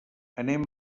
anem